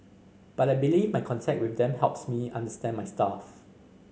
but I believe my contact with them helps me understand my staff